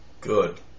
Good